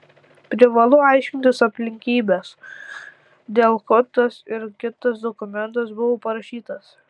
privalu aiškintis aplinkybes dėl ko tas ar kitas dokumentas buvo parašytas